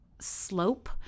slope